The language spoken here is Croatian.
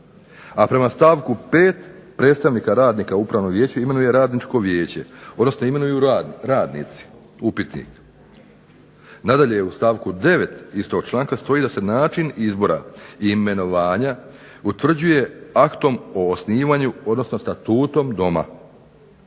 a prema stavku 5. predstavnika radnika upravnom vijeću imenuje radničko vijeće, odnosno imenuju radnici, upitnik. Nadalje u stavku 9. istog članka stoji da se način izbora i imenovanja utvrđuje aktom o osnivanju, odnosno statutom doma,